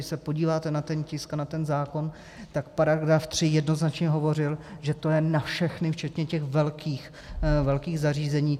Když se podíváte na ten tisk a na ten zákon, tak § 3 jednoznačně hovořil, že to je na všechny včetně těch velkých zařízení.